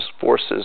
forces